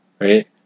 Right